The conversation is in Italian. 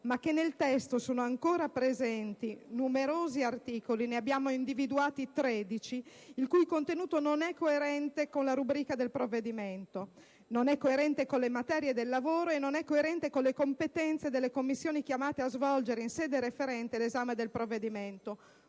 ma che sono ancora presenti numerosi articoli (ne abbiamo individuati tredici!) il cui contenuto non è coerente con la rubrica del provvedimento, con le materie del lavoro e con le competenze delle Commissioni chiamate a svolgere in sede referente l'esame del provvedimento.